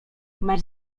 masz